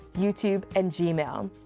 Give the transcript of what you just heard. youtube and gmail.